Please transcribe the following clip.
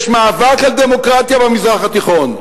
יש מאבק על דמוקרטיה במזרח התיכון.